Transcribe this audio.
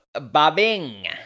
Bobbing